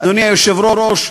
אדוני היושב-ראש,